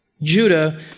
Judah